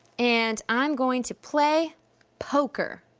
and i'm going to play poker.